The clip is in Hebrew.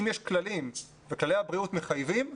אם יש כללים וכללי הבריאות מחייבים,